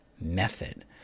method